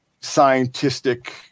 scientific